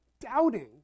doubting